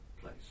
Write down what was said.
place